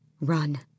Run